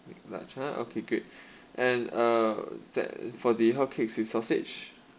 large ah okay great and uh that for the hotcakes with sausage